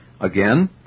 Again